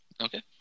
Okay